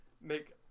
make